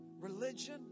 Religion